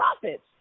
profits